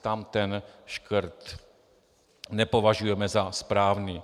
Tam ten škrt nepovažujeme za správný.